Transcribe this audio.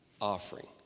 offering